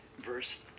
verse